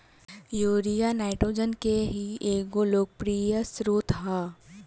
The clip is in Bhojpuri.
यूरिआ नाइट्रोजन के ही एगो लोकप्रिय स्रोत ह